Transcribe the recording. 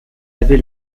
avait